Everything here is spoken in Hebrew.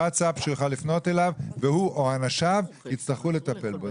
ווטסאפ שהוא יוכל לפנות אליו והוא או אנשיו יצטרכו לטפל בו.